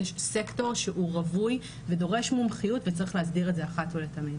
יש סקטור שהוא רווי ודורש מומחיות וצריך להסדיר את זה אחת ולתמיד.